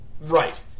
Right